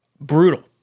brutal